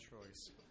choice